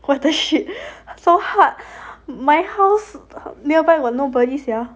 what the shit so hard my house nearby got nobody sia